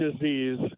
disease